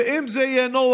ואם זה יהיה נוח,